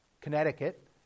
Connecticut